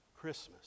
Christmas